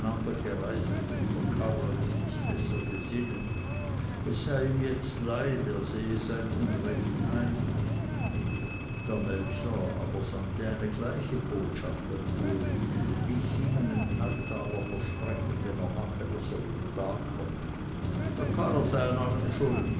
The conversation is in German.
der karrer es nicht besser gsinnet es sei ihm jetzt leid er sehe sein unrecht ein der melcher aber sandte eine gleiche botschaft an uli ließ ihm einen neutaler versprechen wenn er mache daß er wieder darkomme der karrer sei an allem schuld